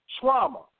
trauma